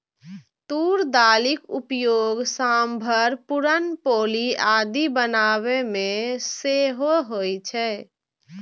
तूर दालिक उपयोग सांभर, पुरन पोली आदि बनाबै मे सेहो होइ छै